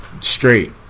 straight